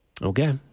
okay